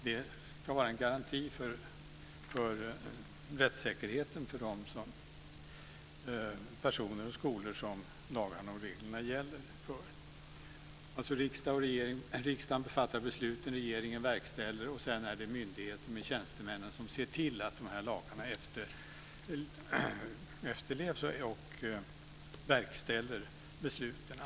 Det ska vara en garanti för rättssäkerheten för de personer och skolor som lagarna och reglerna gäller för. Riksdagen bör alltså fatta besluten, regeringen verkställer, och sedan är det tjänstemännen i myndigheter som ser till att dessa lagar efterlevs och verkställer besluten.